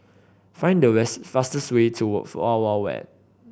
find the west fastest way to Wild Wild Wet